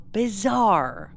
bizarre